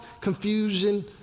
confusion